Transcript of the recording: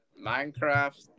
minecraft